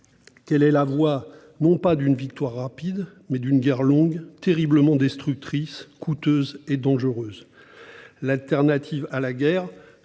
que ce serait la voie, non pas d'une victoire rapide, mais d'une guerre longue, terriblement destructrice, coûteuse et dangereuse. La solution de rechange à la guerre